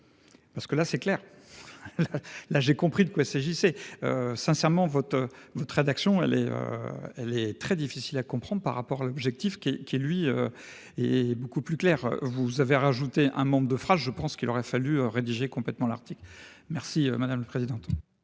Parce que là c'est clair. Là j'ai compris de quoi s'agissait. Sincèrement, votre, votre rédaction elle est. Elle est très difficile à comprendre par rapport à l'objectif qui qui lui. Est beaucoup plus clair. Vous avez rajouté un membre de phrase, je pense qu'il aurait fallu rédiger complètement l'article. Merci madame la présidente.